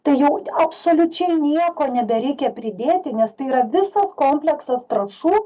tai jau absoliučiai nieko nebereikia pridėti nes tai yra visas komplektas trąšų